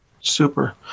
Super